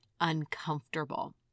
uncomfortable